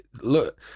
look